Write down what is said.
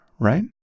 Right